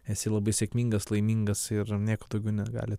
esi labai sėkmingas laimingas ir nieko daugiau negali